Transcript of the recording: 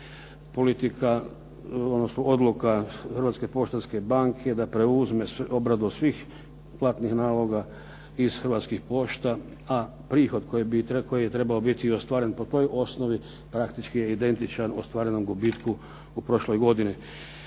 odnosno odluka Hrvatske poštanske banke da preuzme obradu svih platnih naloga iz Hrvatskih pošta, a prihod koji je trebao biti ostvaren po toj osnovi praktički je identičan ostvarenom gubitku u prošloj godini,